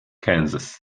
kansas